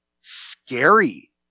scary